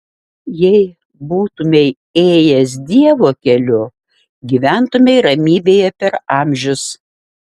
jei būtumei ėjęs dievo keliu gyventumei ramybėje per amžius